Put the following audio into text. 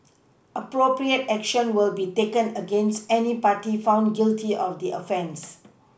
appropriate action will be taken against any party found guilty of offence